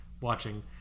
watching